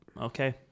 okay